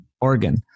organ